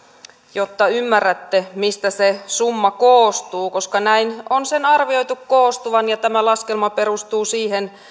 jotta ymmärrätte mistä se summa koostuu koska näin on sen arvioitu koostuvan tämä laskelma perustuu siihen